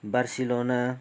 Barcelona